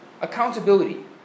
accountability